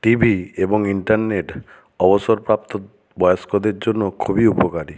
TV এবং internet অবসরপ্রাপ্ত বয়স্কদের জন্য খুবই উপকারী